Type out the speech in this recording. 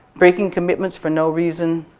breaking commitments for no reason,